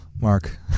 Mark